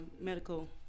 medical